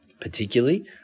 particularly